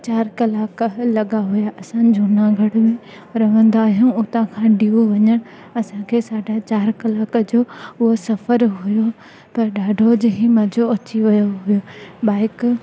चारि कलाक लॻा हुआ असां जूनागढ़ में रहंदा आहियूं हुतां खां दिव वञण असांखे साढा चारि कलाक जो उहो सफ़रु हुओ पर ॾाढो जहिड़ो मज़ो अची वियो हुओ बाइक